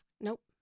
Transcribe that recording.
Nope